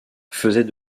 faisait